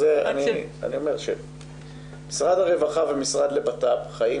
אני אומר שמשרד הרווחה והמשרד לבט"פ חיים